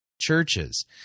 churches